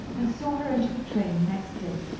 and saw her into the train next day,